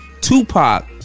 Tupac